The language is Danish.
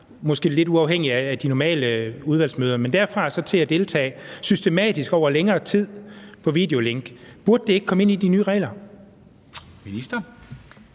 måske lidt uafhængigt af de normale udvalgsmøder, men der er et stykke derfra og så til at deltage systematisk over længere tid på videolink. Burde det ikke komme ind i de nye regler? Kl.